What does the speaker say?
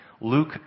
Luke